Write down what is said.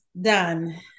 done